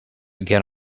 get